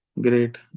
great